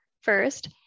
First